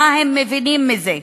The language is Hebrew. מה הם מבינים מזה,